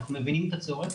אנחנו מבינים את הצורך,